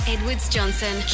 Edwards-Johnson